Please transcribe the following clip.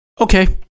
Okay